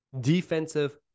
Defensive